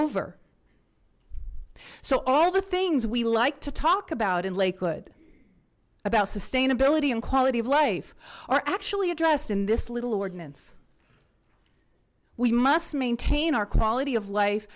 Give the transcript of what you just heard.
over so all the things we like to talk about in lakewood about sustainability and quality of life are actually addressed in this little ordinance we must maintain our quality of life